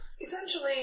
essentially